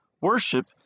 worship